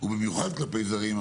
ובמיוחד כלפי זרים,